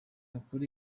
ukuri